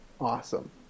Awesome